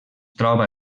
troba